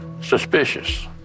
suspicious